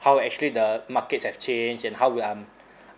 how actually the markets have changed and how will um